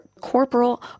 Corporal